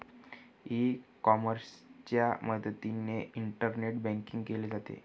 E कॉमर्सच्या मदतीने internet banking केले जाते